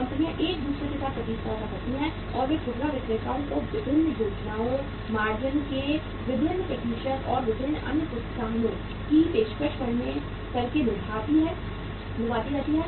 कंपनियां एक दूसरे के साथ प्रतिस्पर्धा करती हैं और वे खुदरा विक्रेताओं को विभिन्न योजनाओं मार्जिन के विभिन्न प्रतिशत और विभिन्न अन्य प्रोत्साहनों की पेशकश करके लुभाती रहती हैं